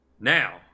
now